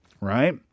Right